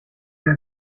دیگر